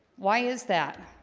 why is that?